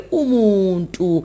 umuntu